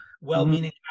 well-meaning